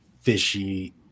fishy